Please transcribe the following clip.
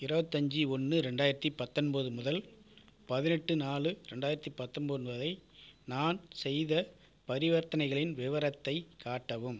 இருபத்தஞ்சி ஒன்று ரெண்டாயிரத்து பத்தொன்பது முதல் பதினெட்டு நாலு ரெண்டாயிரத்து பத்தொன்பது வரை நான் செய்த பரிவர்த்தனைகளின் விவரத்தை காட்டவும்